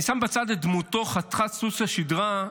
אני שם בצד את דמותו חסרת חוט השדרה,